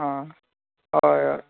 आं हय हय